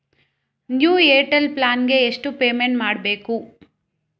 New Airtel plan ಗೆ ಎಷ್ಟು payment ಮಾಡ್ಬೇಕು?